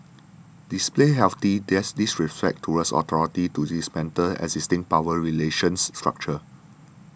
display healthy diss disrespect towards authority to dismantle existing power relations structure